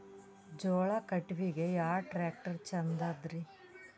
ಜೋಳ ಕಟಾವಿಗಿ ಯಾ ಟ್ಯ್ರಾಕ್ಟರ ಛಂದದರಿ?